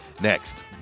next